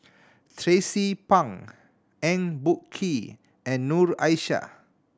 Tracie Pang Eng Boh Kee and Noor Aishah